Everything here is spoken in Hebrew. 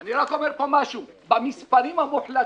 אני רק אומר פה משהו, במספרים המוחלטים